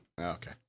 Okay